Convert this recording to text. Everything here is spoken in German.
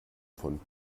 von